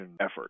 effort